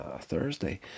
Thursday